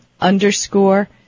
underscore